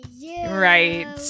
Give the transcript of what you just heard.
Right